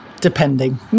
Depending